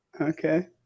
Okay